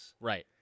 Right